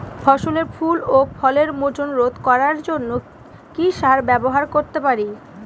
ফসলের ফুল ও ফলের মোচন রোধ করার জন্য কি সার ব্যবহার করতে পারি?